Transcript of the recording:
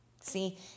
See